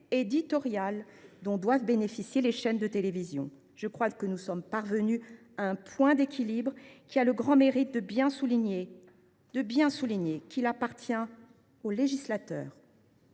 éditoriale dont doivent bénéficier les chaînes de télévision. Nous sommes parvenus à un point d’équilibre, qui a le mérite de souligner qu’il appartient au législateur